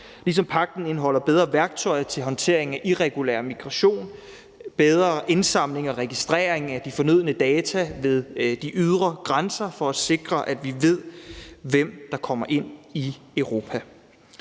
ligesom pagten indeholder bedre værktøjer til håndtering af irregulær migration og bedre indsamling og registrering af de fornødne data ved de ydre grænser for at sikre, at vi ved, hvem der kommer ind i Europa.